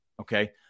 okay